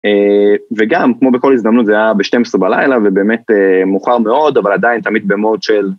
אה... וגם, כמו בכל הזדמנות, זה היה ב-12 בלילה, ובאמת, אה... מאוחר מאוד, אבל עדיין תמיד במוד של...